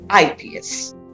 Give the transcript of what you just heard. IPS